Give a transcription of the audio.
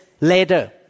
later